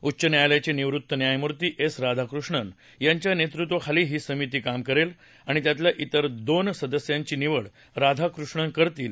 उच्च न्यायालयाचे निवृत्त न्यायमूर्ती एस राधाकृष्णन यांच्या नेतृत्वाखाली ही समिती काम करेल आणि त्यातल्या इतर दोन सदस्यांची निवड राधाकृष्णन करतील